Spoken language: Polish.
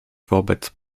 wobec